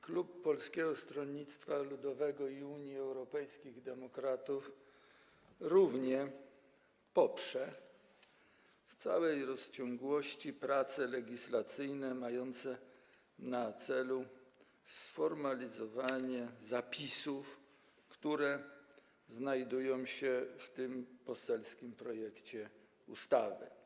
Klub Polskiego Stronnictwa Ludowego - Unii Europejskich Demokratów również poprze w całej rozciągłości prace legislacyjne mające na celu sformalizowanie zapisów, które znajdują się w tym poselskim projekcie ustawy.